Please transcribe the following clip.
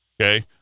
okay